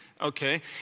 okay